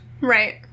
Right